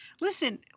Listen